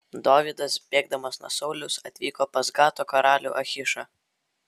dovydas bėgdamas nuo sauliaus atvyko pas gato karalių achišą